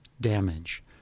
damage